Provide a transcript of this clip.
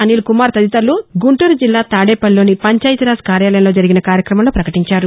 అనీల్కుమార్ తదితరులు గుంటూరుజిల్లా తాదేపల్లిలోని పంచాయతీరాజ్ కార్యాలయంలో జరిగిన కార్యక్రమంలో ప్రకటించారు